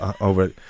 over